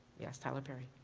yes, tyler perry,